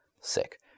Sick